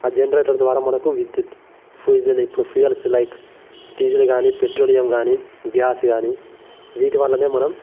generator ద్వారా మనకు విద్యుత్ ఫ్రూజెల్ ఇప్పుడు ఫ్యూయల్స్ లైక్ డీజిల్ గానీ పెట్రోలియం గానీ గ్యాస్ గానీ వీటి వల్లనే మనం